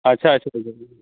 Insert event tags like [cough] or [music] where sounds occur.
ᱟᱪᱪᱷᱟ ᱟᱪᱪᱷᱟ [unintelligible]